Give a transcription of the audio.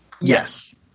yes